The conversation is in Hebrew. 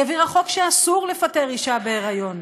היא העבירה חוק שאסור לפטר אישה בהיריון?